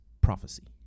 prophecy